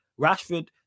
Rashford